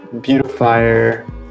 beautifier